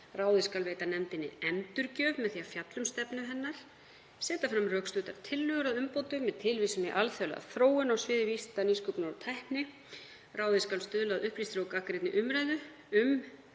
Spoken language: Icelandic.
Ráðið skal veita nefndinni endurgjöf með því að fjalla um stefnu hennar og setja fram rökstuddar tillögur að umbótum með tilvísun í alþjóðlega þróun á sviði vísinda, nýsköpunar og tækni. Ráðið skal stuðla að upplýstri og gagnrýnni umræðu um